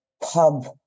pub